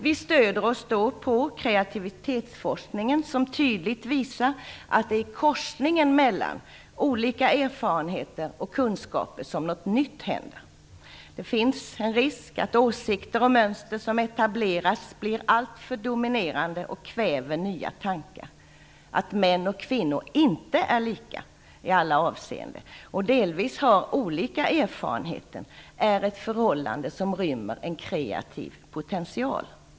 Vi stöder oss då på kreativitetsforskningen som tydligt visar att det är i korsningen mellan olika erfarenheter och kunskaper som något nytt händer. Det finns en risk för att åsikter och mönster som etableras blir alltför dominerande och kväver nya tankar. Att män och kvinnor inte är lika i alla avseenden och delvis har olika erfarenheter är ett förhållande som rymmer en kreativ potential.